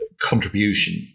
contribution